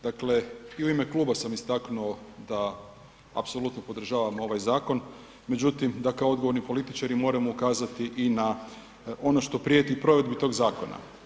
Dakle, i u ime kluba sam istaknuo da apsolutno podržavam ovaj zakon, međutim da kao odgovorni političari moramo ukazati i na ono što prijeti provedbi tog zakona.